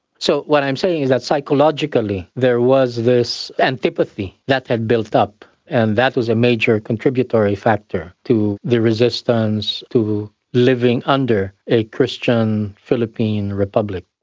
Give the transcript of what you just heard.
so what i'm saying is that psychologically there was this antipathy that had built up and that was a major major contributory factor to the resistance, to living under a christian philippine republic.